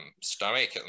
stomach